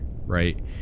Right